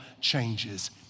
changes